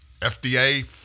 FDA